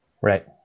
right